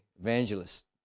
evangelist